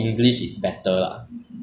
!wah! I cannot think in english leh